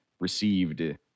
received